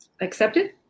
Accepted